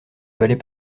valait